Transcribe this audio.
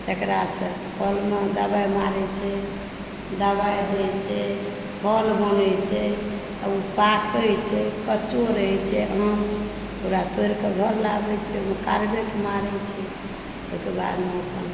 तेकरासंँ फलमे ओ दवाइ मारै छै दवाइ दए छै फल बनय छै ओ पाकय छै कचोरै छै आम ओकरा तोड़िके घर लै आबय छै ओहिमे कार्बेड मारै छै तेकर बादमे अपन